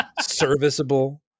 Serviceable